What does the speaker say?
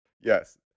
yes